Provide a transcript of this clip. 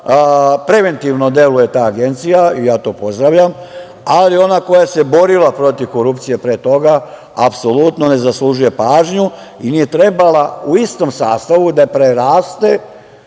preventivno deluje ta agencija i ja to pozdravljam, ali ona koja se borila protiv korupcije pre toga apsolutno ne zaslužuje pažnju i nije trebala u istom sastavu da preraste